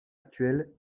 actuel